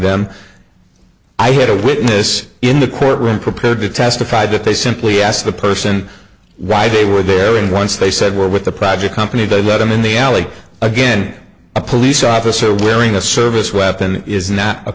them i had a witness in the courtroom prepared to testify that they simply asked the person why they were there and once they said we're with the project company don't let them in the alley again a police officer wearing a service weapon is not a